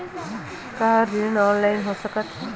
का ऋण ऑनलाइन हो सकत हे?